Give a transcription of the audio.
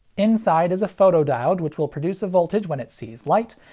inside is a photodiode which will produce a voltage when it sees light,